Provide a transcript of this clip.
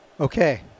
okay